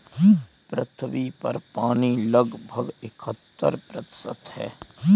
पृथ्वी पर पानी लगभग इकहत्तर प्रतिशत है